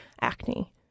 acne